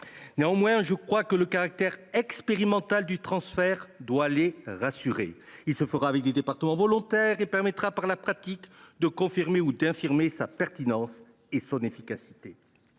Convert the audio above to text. nourrissent encore. Le caractère expérimental du transfert doit néanmoins les rassurer. Il se fera avec des départements volontaires et permettra, par la pratique, de confirmer ou d’infirmer sa pertinence et son efficacité.